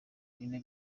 bine